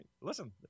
Listen